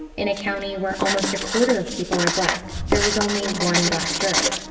in a county where almost a quarter of people are black, there was only one black juror.